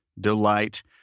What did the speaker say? delight